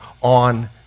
on